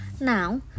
Now